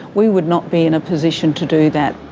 we would not be in a position to do that.